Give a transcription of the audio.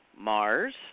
Mars